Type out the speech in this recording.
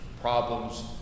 problems